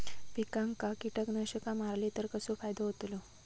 पिकांक कीटकनाशका मारली तर कसो फायदो होतलो?